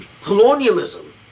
Colonialism